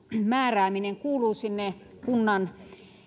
määrääminen kuuluu sinne kunnan